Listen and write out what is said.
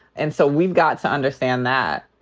and so we've got to understand that.